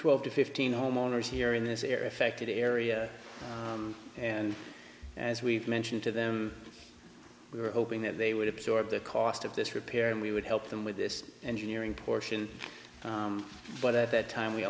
twelve to fifteen homeowners here in this area affected area and as we've mentioned to them we were hoping that they would absorb the cost of this repair and we would help them with this engineering portion but if that time we